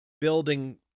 building